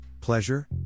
Pleasure